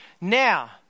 Now